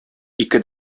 ике